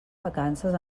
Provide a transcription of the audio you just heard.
vacances